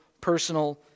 personal